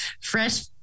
Fresh